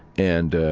and